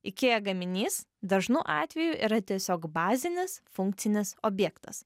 ikea gaminys dažnu atveju yra tiesiog bazinis funkcinis objektas